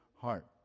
heart